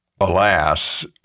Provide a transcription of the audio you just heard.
alas